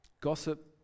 Gossip